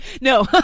No